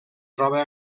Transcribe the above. troba